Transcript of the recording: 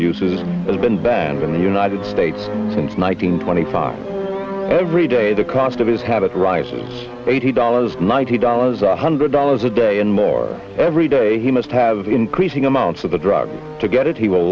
uses has been banned in the united states since nine hundred twenty five every day the cost of his habit rises eighty dollars ninety dollars or one hundred dollars a day and more every day he must have increasing amounts of the drug to get it he will